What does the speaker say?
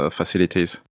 facilities